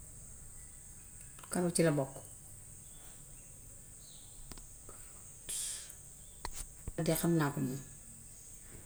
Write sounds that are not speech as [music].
Karoot ci la bokk. [noise] Lool de xam naa ko moom.